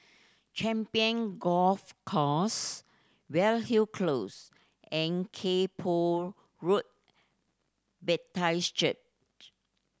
Champion Golf Course Weyhill Close and Kay Poh Road Church